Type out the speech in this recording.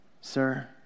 Sir